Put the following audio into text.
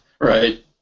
Right